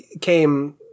came